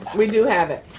we do have it.